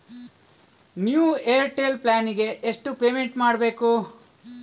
New Airtel plan ಗೆ ಎಷ್ಟು payment ಮಾಡ್ಬೇಕು?